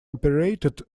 operated